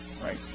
right